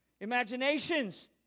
Imaginations